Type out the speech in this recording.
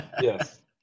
yes